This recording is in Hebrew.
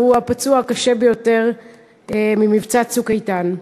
והוא הפצוע הקשה ביותר במבצע "צוק איתן".